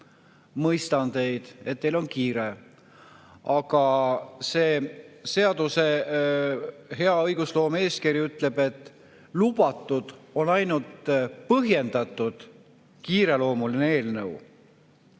Mõistan teid, et teil on kiire, aga see hea õigusloome eeskiri ütleb, et see on lubatud on ainult põhjendatud kiireloomulise eelnõu